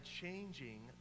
changing